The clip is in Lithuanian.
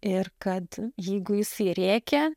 ir kad jeigu jisai rėkia